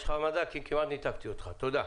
תודה.